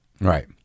Right